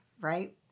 right